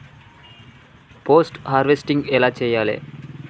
Post harvesting ఎలా చెయ్యాలే?